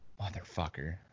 Motherfucker